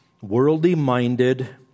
worldly-minded